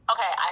Okay